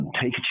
take